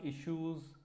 issues